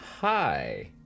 Hi